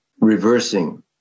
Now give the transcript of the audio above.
reversing